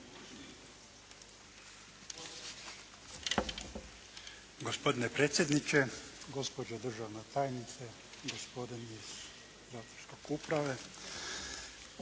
Gospodine predsjedniče, gospođo državna tajnice, gospodi iz …/Govornik